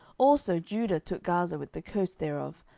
also judah took gaza with the coast thereof,